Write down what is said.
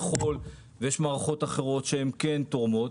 ככל ויש מערכות אחרות שכן תורמות,